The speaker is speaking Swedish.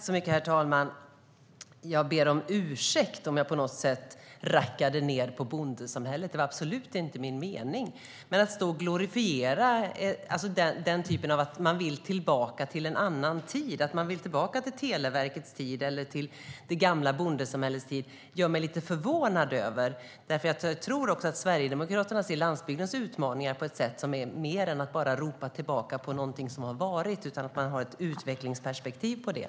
Herr talman! Jag ber om ursäkt om jag på något sätt rackade ned på bondesamhället. Det var absolut inte min mening. Men det gör mig lite förvånad när man står och glorifierar. Det handlar alltså om att man vill tillbaka till en annan tid, att man vill tillbaka till Televerkets tid eller till det gamla bondesamhällets tid. Det gör mig lite förvånad, för jag tror också att Sverigedemokraterna ser landsbygdens utmaningar på ett sätt som handlar om mer än att bara ropa tillbaka någonting som har varit. Man har ett utvecklingsperspektiv på det.